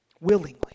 willingly